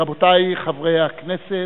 רבותי חברי הכנסת,